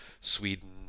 Sweden